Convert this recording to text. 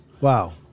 Wow